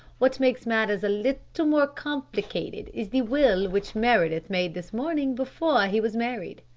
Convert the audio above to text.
what makes matters a little more complicated, is the will which meredith made this morning before he was married.